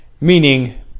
meaning